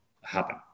happen